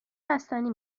بستنی